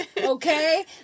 Okay